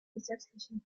gesetzlichen